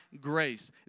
grace